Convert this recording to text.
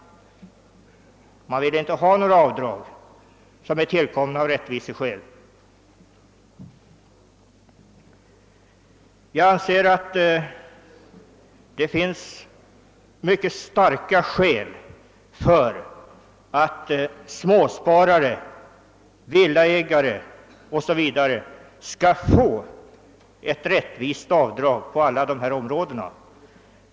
Man vill inte ha några avdrag som tillkommit av rättviseskäl. Jag anser emellertid att det finns mycket stor anledning att småsparare, villaägare m.fl. skall få göra ett rättvist avdrag i de här fallen.